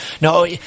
No